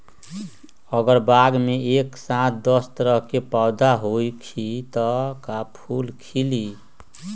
अगर बाग मे एक साथ दस तरह के पौधा होखि त का फुल खिली?